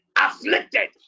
afflicted